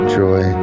joy